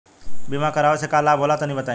बीमा करावे से का लाभ होला तनि बताई?